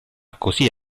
così